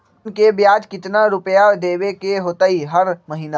Loan के ब्याज कितना रुपैया देबे के होतइ हर महिना?